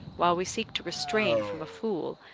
while we seek to restrain from a fool,